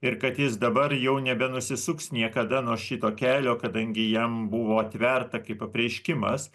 ir kad jis dabar jau nebe nusisuks niekada nuo šito kelio kadangi jam buvo atverta kaip apreiškimas